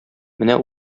менә